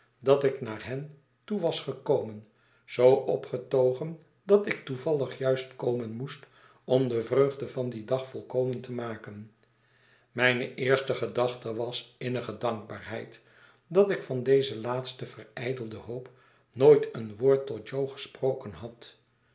dat ik naar hen toe was gekomen zoo opgetogen dat ik toevalligjuist komen moestom de vreugde van dien dag volkomen te maken mijne eerste gedachte was innige dankbaarheid dat ik van deze laatste verijdelde hoop nooit een woord tot jo gesproken had